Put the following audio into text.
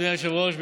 אדוני היושב-ראש,